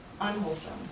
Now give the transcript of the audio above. unwholesome